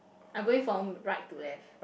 I'm going from right to left